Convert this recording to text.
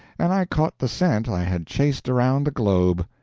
and i caught the scent i had chased around the globe!